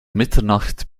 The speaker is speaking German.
mitternacht